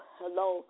hello